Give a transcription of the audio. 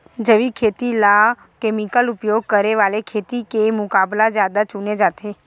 जैविक खेती ला केमिकल उपयोग करे वाले खेती के मुकाबला ज्यादा चुने जाते